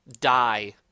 die